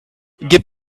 gib